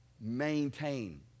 Maintain